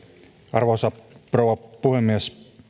arvoisa rouva puhemies